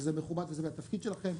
וזה כמובן התפקיד שלכם.